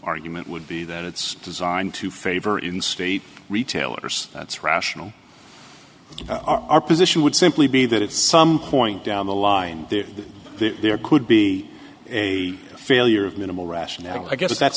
argument would be that it's designed to favor in state retailers that's rational our position would simply be that if some point down the line that there could be a failure of minimal rationale i guess that's